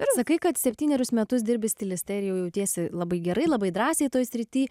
ir sakai kad septynerius metus dirbi stiliste ir jau jautiesi labai gerai labai drąsiai toj srity